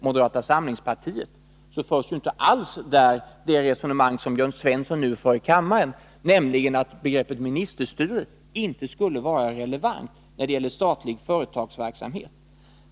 moderata samlingspartiet, finner vi där inte alls det resonemang som Jörn Svensson nu för i kammaren, nämligen att begreppet ministerstyre inte skulle vara relevant när det gäller statlig företagsverksamhet.